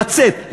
לצאת,